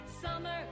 Summer